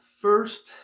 first